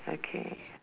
okay